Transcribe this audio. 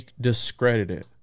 discredited